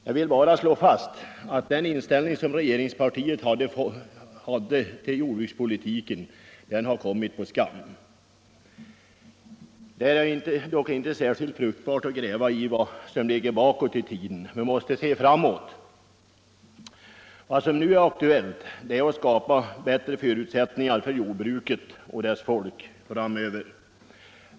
Jag vill bara slå fast att den inställning som regeringspartiet hade till jordbrukspolitiken har kommit på skam. Det är dock inte särskilt fruktbart att gräva i det som ligger bakåt i tiden — vi måste se framåt. Vad som nu är aktuellt är att skapa bättre förutsättningar för jordbruket och dess folk framöver.